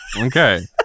Okay